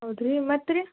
ಹೌದು ರೀ ಮತ್ತೆ ರೀ